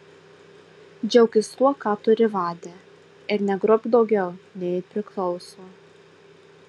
džiaukis tuo ką turi vade ir negrobk daugiau nei priklauso